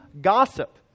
gossip